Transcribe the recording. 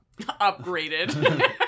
Upgraded